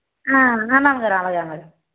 అవునండి అమ్మగారు అలాగే అలాగే